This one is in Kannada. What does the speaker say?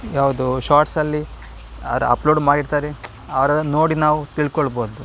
ಯಾವುದು ಶಾರ್ಟ್ಸಲ್ಲಿ ಅವರು ಅಪ್ಲೋಡ್ ಮಾಡಿರ್ತಾರೆ ಅವರ ನೋಡಿ ನಾವು ತಿಳ್ಕೊಳ್ಬೋದು